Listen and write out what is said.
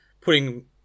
putting